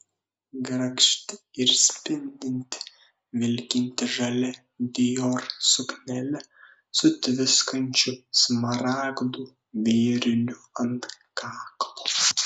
grakšti ir spindinti vilkinti žalia dior suknele su tviskančiu smaragdų vėriniu ant kaklo